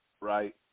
Right